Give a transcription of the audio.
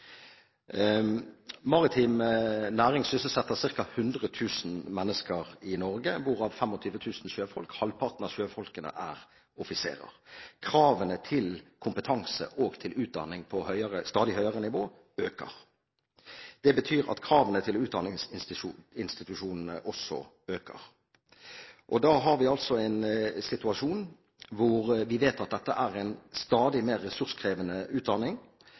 Maritim næring sysselsetter ca. 100 000 mennesker i Norge, hvorav 25 000 sjøfolk. Halvparten av sjøfolkene er offiserer. Kravene til kompetanse og til utdanning på stadig høyere nivå øker. Det betyr at kravene til utdanningsinstitusjonene også øker. Da har vi altså en situasjon hvor vi vet at dette er en stadig mer ressurskrevende utdanning,